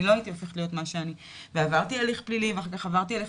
אני לא הייתי הופכת להיות מי שאני ועברתי הליך פלילי ואחר כך עברתי הליך